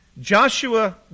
Joshua